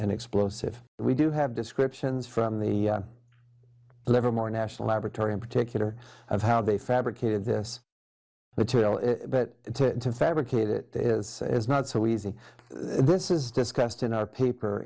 and explosive we do have descriptions from the the livermore national laboratory in particular of how they fabricated this material is to fabricate it is not so easy this is discussed in our paper